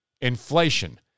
Inflation